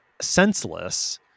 senseless